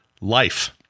life